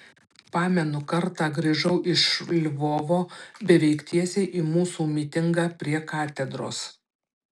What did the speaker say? pamenu kartą grįžau iš lvovo beveik tiesiai į mūsų mitingą prie katedros